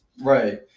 Right